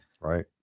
right